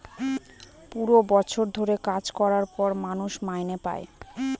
পুরো বছর ধরে কাজ করার পর মানুষ মাইনে পাই